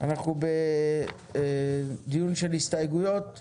אנחנו בדיון של הסתייגויות והצבעות.